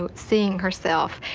but seeing herself.